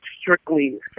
strictly